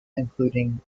including